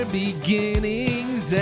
beginning's